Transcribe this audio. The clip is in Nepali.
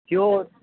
त्यो